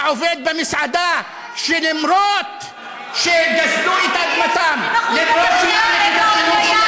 לעובד במסעדה, שגם אם גזלו את אדמתם, יש 20%